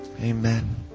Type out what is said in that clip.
Amen